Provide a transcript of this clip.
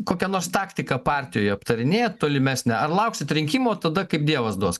kokią nors taktiką partijoje aptarinėjat tolimesnę ar lauksit rinkimų tada kaip dievas duos